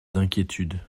d’inquiétude